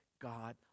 God